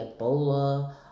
Ebola